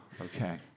Okay